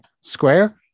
Square